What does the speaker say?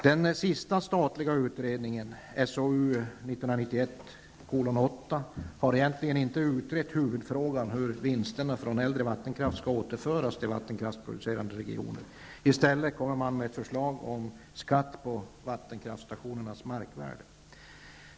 Den senaste statliga utredningen, SOU 1991:8, har inte utrett huvudfrågan hur vinsterna från äldre vattenkraft skall kunna återföras till vattenkraftsproducerande regioner. I stället kommer man ett förslag om skatt på vattenkraftsstationernas markvärde.